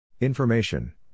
Information